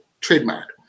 trademark